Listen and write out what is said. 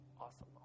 Awesome